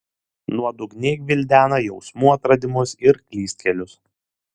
nuodugniai gvildena jausmų atradimus ir klystkelius